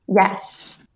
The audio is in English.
Yes